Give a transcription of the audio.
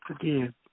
Again